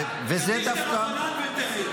יאללה, קדיש דרבנן ותרד.